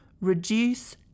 reduce